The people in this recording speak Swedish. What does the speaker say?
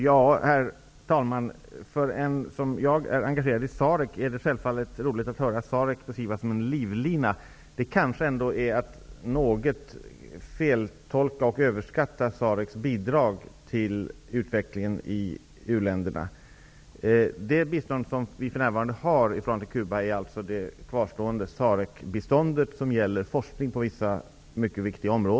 Herr talman! Jag är engagerad i SAREC, och det är självklart roligt att höra SAREC beskrivas som en livlina. Det är kanske ändå att något feltolka och överskatta SAREC:s bidrag till utvecklingen i uländerna. Det bistånd som vi för närvarande har för Cuba är det som är kvar av SAREC:s bistånd till forskning på vissa mycket viktiga omåden.